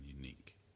unique